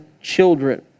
children